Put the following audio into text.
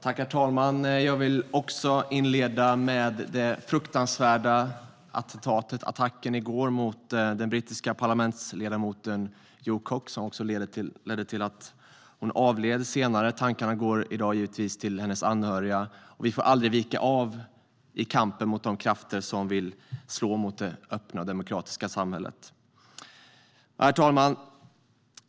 Herr talman! Också jag vill tala om det fruktansvärda attentatet i går mot den brittiska parlamentsledamoten Jo Cox som ledde till att hon avled. Tankarna går i dag givetvis till hennes anhöriga. Vi får aldrig vika av i kampen mot de krafter som vill slå mot det öppna och demokratiska samhället. Herr talman!